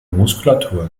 muskulatur